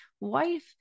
wife